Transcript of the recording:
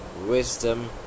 wisdom